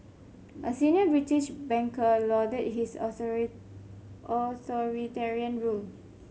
a senior British banker lauded his authoritarian rule